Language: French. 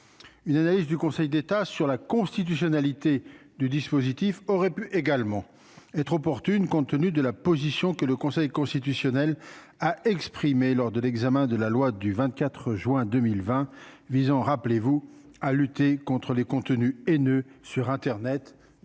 une analyse du Conseil d'État sur la constitutionnalité du dispositif aurait pu également être opportune compte tenu de la position que le Conseil constitutionnel a exprimé, lors de l'examen de la loi du 24 juin 2020 visant, rappelez-vous, à lutter contre les contenus haineux sur Internet,